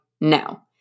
No